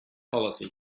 policy